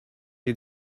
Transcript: you